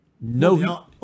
No